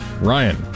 Ryan